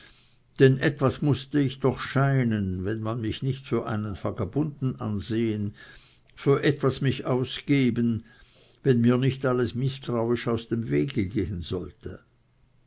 denn etwas mußte ich doch scheinen wenn man mich nicht für einen vagabunden ansehen für etwas mich ausgeben wenn mir nicht alles mißtrauisch aus dem wege gehen sollte